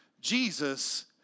Jesus